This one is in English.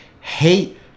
hate